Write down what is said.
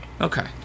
Okay